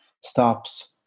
stops